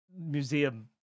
museum